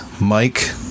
Mike